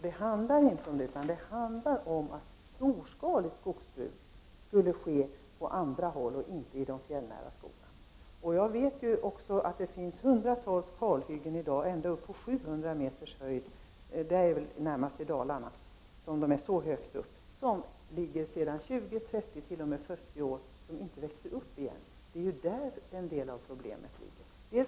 Det handlar inte om det utan om att storskaligt skogsbruk skall ske på andra håll än i de fjällnära skogarna. Det finns hundratals kalhyggen ända upp på 700 meters höjd i Dalarna som är tjugo, trettio och fyrtio år gamla och där skogen inte växer upp igen. Det är där som en del av problemet ligger.